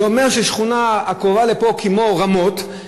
זה אומר ששכונה קרובה כמו רמות,